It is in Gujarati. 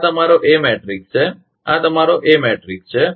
તો આ તમારો એ મેટ્રિક્સ છે આ તમારો A મેટ્રિક્સ છે